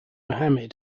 muhammad